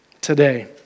today